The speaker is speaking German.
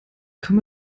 komme